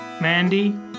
Mandy